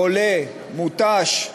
חולה, מותש,